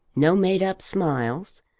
no made-up smiles,